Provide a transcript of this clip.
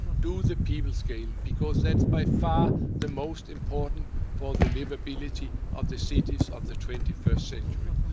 do the people scale because that's by far the most important for the livability of the cities of the twenty first century.